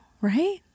right